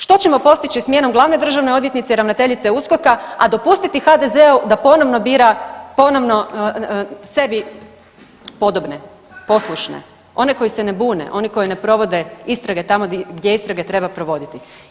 Što ćemo postići smjenom glavne državne odvjetnice i ravnateljice USKOK-a, a dopustiti HDZ-u da ponovno bira ponovno sebi podobne, poslušne one koji se ne bune, one koji ne provode istrage tamo gdje istrage treba provoditi.